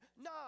nah